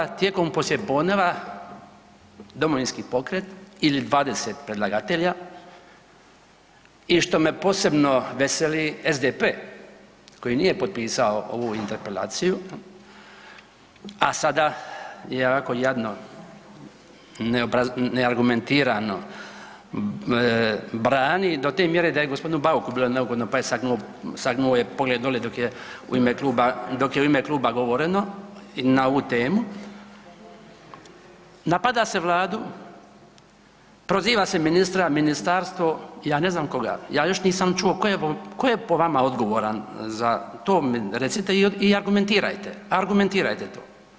Zato da tijekom poslijepodneva Domovinski pokret ili 20 predlagatelja i što me posebno veseli SDP koji nije potpisao ovu interpelaciju, a sada je ovako jadno neargumentirano brani do te mjere da je g. Bauku bilo neugodno, pa je sagnuo, sagnuo je pogled dole dok je u ime kluba, dok je u ime kluba govoreno na ovu temu, napada se vladu, proziva se ministra, ministarstvo, ja ne znam koga, ja još nisam još čuo ko je, ko je po vama odgovoran za to, recite i argumentirajte, argumentirajte to.